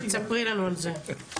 תספרי לנו על זה.